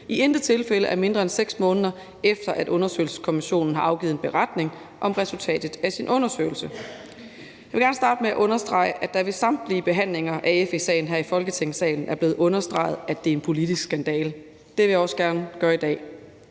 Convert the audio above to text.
i intet tilfælde er mindre end 6 måneder, efter at undersøgelseskommissionen har afgivet en beretning om resultatet af sin undersøgelse. Jeg vil gerne starte med at understrege, at det ved samtlige behandlinger af FE-sagen her i Folketingssalen er blevet understreget, at det er en politisk skandale, og det vil jeg også gerne gøre i dag.